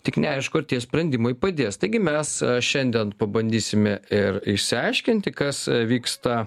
tik neaišku ar tie sprendimai padės taigi mes šiandien pabandysime ir išsiaiškinti kas vyksta